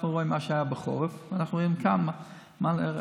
אנחנו רואים מה היה שם בחורף ואנחנו רואים כאן איך להיערך.